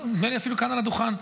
נדמה לי אפילו כאן על הדוכן,